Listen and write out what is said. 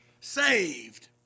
saved